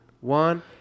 one